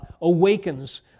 awakens